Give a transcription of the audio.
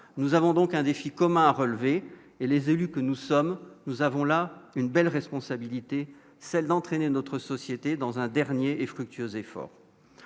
nous avons donc un défi commun à relever et les élus que nous sommes, nous avons là une belle responsabilité celle d'entraîner notre société dans un dernier et fructueuse fort,